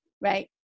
right